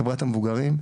חברת המבוגרים,